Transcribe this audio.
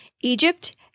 Egypt